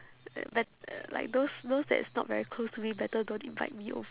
uh but uh like those those that is not very close to me better don't invite me over